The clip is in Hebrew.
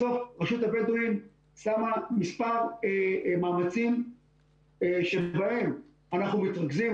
בסוף רשות הבדואים שמה מספר מאמצים שבהם אנחנו מתרכזים.